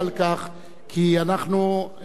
כי אנחנו נמלא את האולם,